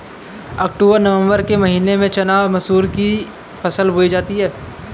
अक्टूबर नवम्बर के महीना में चना मसूर की फसल बोई जाती है?